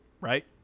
right